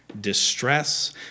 distress